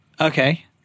Okay